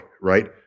right